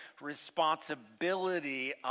responsibility